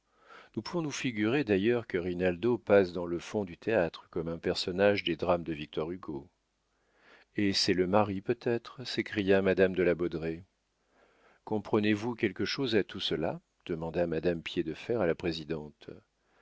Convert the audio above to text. nous pouvons nous figurer d'ailleurs que rinaldo passe dans le fond du théâtre comme un personnage des drames de victor hugo et c'est le mari peut-être s'écria madame de la baudraye comprenez-vous quelque chose à tout cela demanda madame piédefer à la présidente